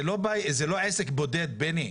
זה לא עסק בודד בני.